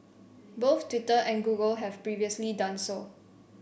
both Twitter and Google have previously done so